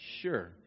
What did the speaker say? Sure